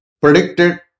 predicted